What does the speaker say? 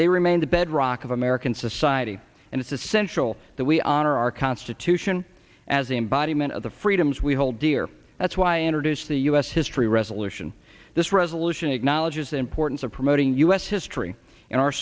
they remain the bedrock of american society and it's essential that we honor our constitution as the embodiment of the freedoms we hold dear that's why introduce the u s history resolution this resolution acknowledges the importance of promoting u s history in our